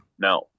No